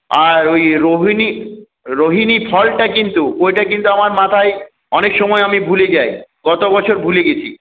আর ওই রোহিনী রোহিনী ফলটা কিন্তু ওইটা কিন্তু আমার মাথায় অনেক সময় আমি ভুলে যাই গত বছর ভুলে গেছি